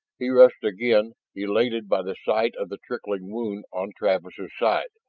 he rushed again, elated by the sight of the trickling wound on travis' side.